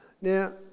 Now